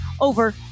over